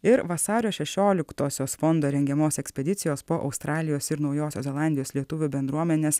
ir vasario šešioliktosios fondo rengiamos ekspedicijos po australijos ir naujosios zelandijos lietuvių bendruomenes